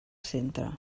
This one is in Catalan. centre